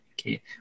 Okay